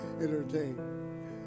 entertain